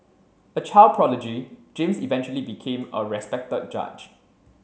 a child prodigy James eventually became a respected judge